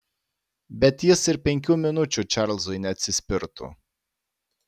bet jis ir penkių minučių čarlzui neatsispirtų